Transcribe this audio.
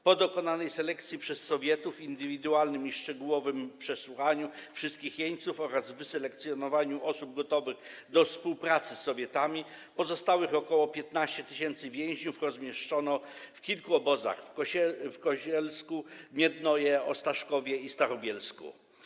Po dokonanej selekcji przez Sowietów, indywidualnym i szczegółowym przesłuchaniu wszystkich jeńców oraz wyselekcjonowaniu osób gotowych do współpracy z Sowietami pozostałych ok. 15 tys. więźniów rozmieszczono w kilku obozach w Kozielsku, Miednoje, Ostaszkowie i Starobielsku.